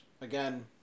again